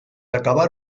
acabar